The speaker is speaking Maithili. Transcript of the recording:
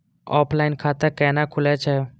ऑफलाइन खाता कैना खुलै छै?